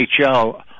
NHL